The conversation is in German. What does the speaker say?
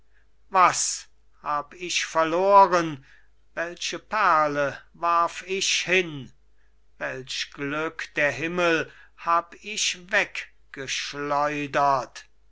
was hab ich verloren welche perle warf ich hin welch glück der himel hab ich weggeschleudert